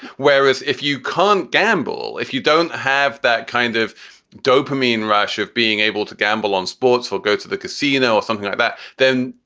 whereas if you can't gamble, if you don't have that kind of dopamine rush of being able to gamble on sports, will go to the casino or something like that, then,